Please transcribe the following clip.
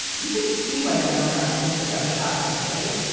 you can see why the democrats think they've got a shot here right.